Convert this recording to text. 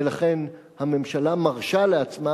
ולכן הממשלה מרשה לעצמה,